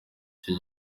icyo